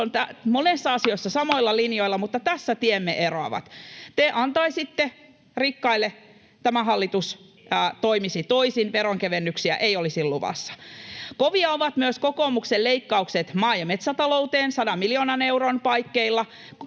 koputtaa] asiassa samoilla linjoilla, mutta tässä tiemme eroavat: te antaisitte rikkaille, mutta tämä hallitus toimisi toisin, veronkevennyksiä ei olisi luvassa. Kovia ovat myös kokoomuksen leikkaukset maa- ja metsätalouteen: sadan miljoonan euron paikkeilla.